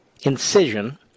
incision